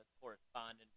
correspondent